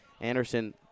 Anderson